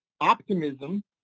optimism